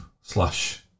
slash